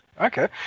Okay